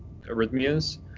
arrhythmias